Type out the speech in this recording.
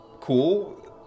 cool